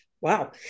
Wow